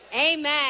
amen